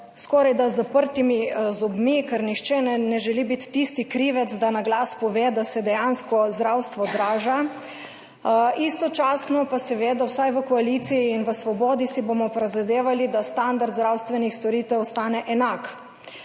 skorajda z zaprtimi zobmi, ker nihče ne želi biti tisti krivec, da na glas pove, da se dejansko zdravstvo draži, istočasno pa si bomo seveda vsaj v koaliciji in v Svobodi prizadevali, da standard zdravstvenih storitev ostane enak.